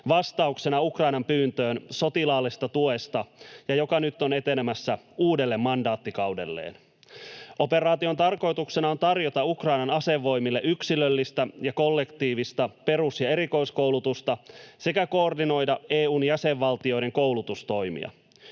vastauksena Ukrainan pyyntöön sotilaallisesta tuesta ja joka nyt on etenemässä uudelle mandaattikaudelleen. Operaation tarkoituksena on tarjota Ukrainan asevoimille yksilöllistä ja kollektiivista perus- ja erikoiskoulutusta sekä koordinoida EU:n jäsenvaltioiden koulutustoimia.